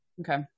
okay